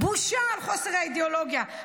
בושה על חוסר האידיאולוגיה,